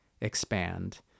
expand